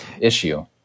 issue